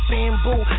Bamboo